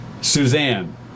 Suzanne